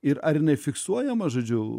ir ar nefiksuojama žodžiu